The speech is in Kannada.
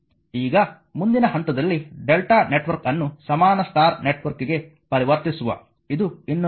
ಈಗ ಮುಂದಿನ ಹಂತದಲ್ಲಿ Δ ನೆಟ್ವರ್ಕ್ ಅನ್ನು ಸಮಾನ ಸ್ಟಾರ್ ನೆಟ್ವರ್ಕ್ಗೆ ಪರಿವರ್ತಿಸುವ ಇದು ಇನ್ನೊಂದು ವಿಷಯ